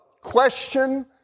question